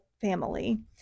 family